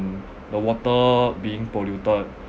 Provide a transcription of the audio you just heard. the water being polluted